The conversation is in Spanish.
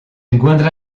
encuentra